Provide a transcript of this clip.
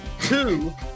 two